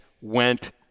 went